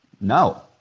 no